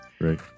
Right